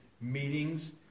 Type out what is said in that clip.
meetings